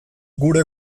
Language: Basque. gure